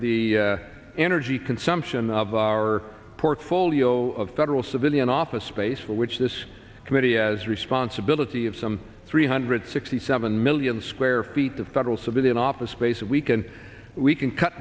the energy consumption of our portfolio of federal civilian office space which this committee has responsibility of some three hundred sixty seven million square feet the federal civilian office space that we can we can cut